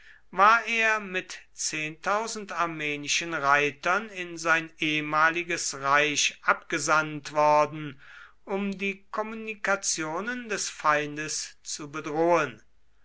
war er mit armenischen reitern in sein ehemaliges reich abgesandt worden um die kommunikationen des feindes zu bedrohen